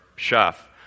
chef